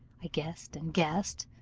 i guessed and guessed,